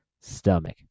stomach